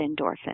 endorphin